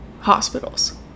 hospitals